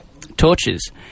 torches